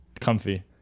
comfy